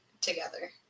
together